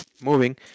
moving